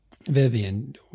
Vivian